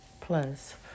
Plus